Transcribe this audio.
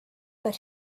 but